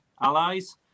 allies